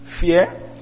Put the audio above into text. Fear